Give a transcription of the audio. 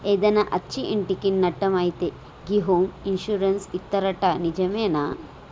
ఏదైనా అచ్చి ఇంటికి నట్టం అయితే గి హోమ్ ఇన్సూరెన్స్ ఇత్తరట నిజమేనా